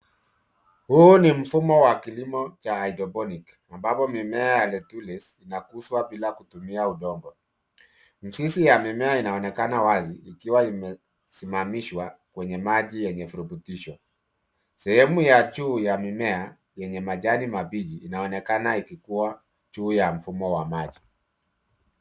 Huu ni mfumo wa kilimo cha Hydroponic ambayo mimea ya lettuce inakuzwa bila kutumia udongo. Mzizi ya mimea inaonekana wazi ikiwa imesimamishwa kwenye maji yenye virutubisho. Sehemu ya juu ya mimea yenye majani mabichi inaonekana ikikua juu ya mfumo wa maji.